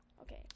Okay